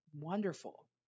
wonderful